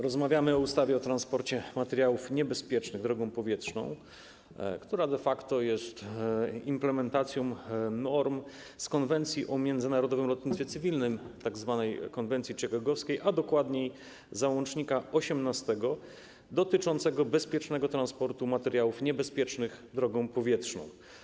Rozmawiamy o ustawie o transporcie materiałów niebezpiecznych drogą powietrzną, która de facto jest implementacją norm Konwencji o międzynarodowym lotnictwie cywilnym, tzw. konwencji chicagowskiej, a dokładniej załącznika nr 18 dotyczącego bezpiecznego transportu materiałów niebezpiecznych drogą powietrzną.